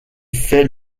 fait